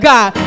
God